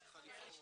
שלום בוקר טוב